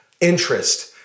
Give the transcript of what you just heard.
interest